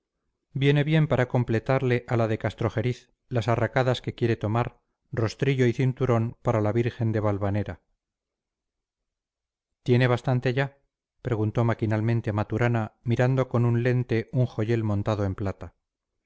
viene bien para completarle a la de castrojeriz las arracadas que quiere tomar rostrillo y cinturón para la virgen de valvanera tiene bastante ya preguntó maquinalmente maturana mirando con lente un joyel montado en plata